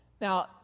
Now